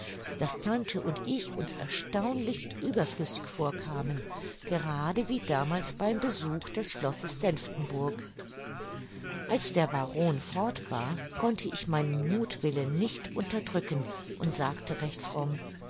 daß tante und ich uns erstaunlich überflüssig vorkamen gerade wie damals beim besuch des schlosses senftenburg als der baron fort war konnte ich meinen muthwillen nicht unterdrücken und sagte recht fromm